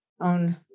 own